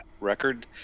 record